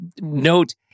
note